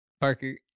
Parker